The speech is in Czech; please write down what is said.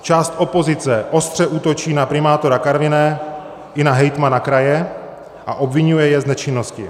Část opozice ostře útočí na primátora Karviné i na hejtmana kraje a obviňuje je z nečinnosti.